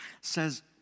says